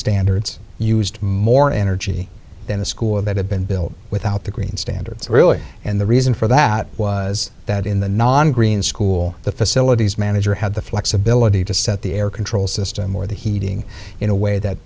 standards used more energy than a school that had been built without the green standards really and the reason for that was that in the non green school the facilities manager had the flexibility to set the air control system or the heating in a way that